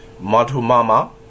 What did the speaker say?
Madhumama